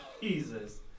Jesus